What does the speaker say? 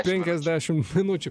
penkiasdešim minučių